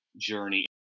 journey